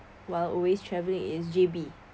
while always travelling is J_B